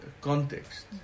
context